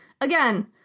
Again